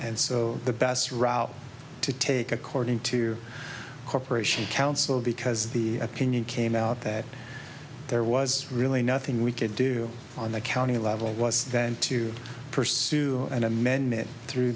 and so the best route to take according to corporation council because the opinion came out that there was really nothing we could do on the county level it was then to pursue an amendment through